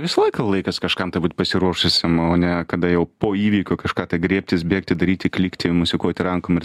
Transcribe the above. visą laiką laikas kažkam tai būt pasiruošusiam o ne kada jau po įvykio kažką tai griebtis bėgti daryti klykti mosikuoti rankom ir